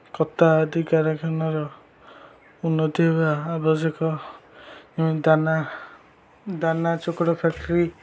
କତା ଆଦିକାରଖାନାର ଉନ୍ନତି ହେବା ଆବଶ୍ୟକ ଦାନା ଦାନା ଚୋକଡ଼ ଫ୍ୟାକ୍ଟରୀ